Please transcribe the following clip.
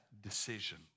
decision